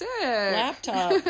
laptop